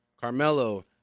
Carmelo